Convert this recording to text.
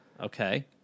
Okay